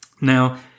Now